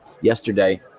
Yesterday